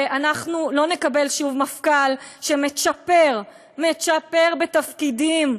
ואנחנו לא נקבל שוב מפכ"ל שמצ'פר, מצ'פר בתפקידים,